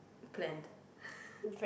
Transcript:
planned